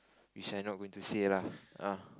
which I'm not going to say lah ah